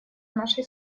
наша